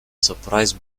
surprise